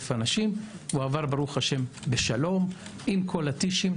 אנשים והוא עבר ברוך השם בשלום עם כל הטישים.